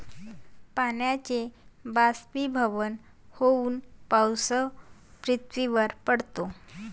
पाण्याचे बाष्पीभवन होऊन पाऊस पृथ्वीवर पडतो